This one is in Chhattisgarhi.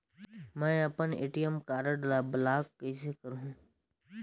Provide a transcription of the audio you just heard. मै अपन ए.टी.एम कारड ल ब्लाक कइसे करहूं?